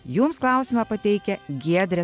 jums klausimą pateikia giedrė